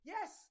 Yes